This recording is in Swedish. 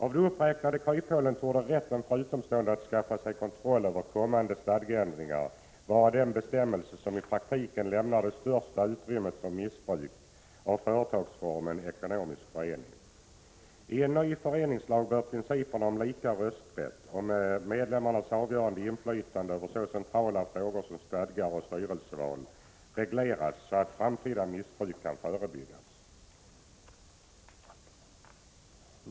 Av de uppräknade kryphålen torde rätten för utomstående att skaffa sig kontroll över kommande stadgeändringar vara den bestämmelse som i praktiken lämnar det största utrymmet för missbruk av företagsformen ekonomisk förening. I en ny föreningslag bör principerna om lika rösträtt och om medlemmarnas avgörande inflytande över så centrala frågor som stadgar och styrelseval regleras, så att framtida missbruk kan förebyggas.